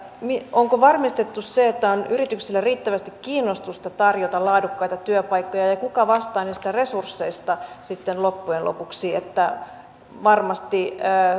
varmistettu se että yrityksillä on riittävästi kiinnostusta tarjota laadukkaita työpaikkoja ja ja kuka vastaa niistä resursseista sitten loppujen lopuksi että varmasti